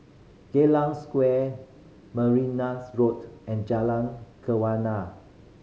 Geylang Square Road and Jalan